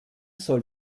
soll